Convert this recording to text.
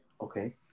Okay